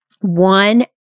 one